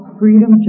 freedom